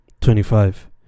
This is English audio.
Twenty-five